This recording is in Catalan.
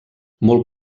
molt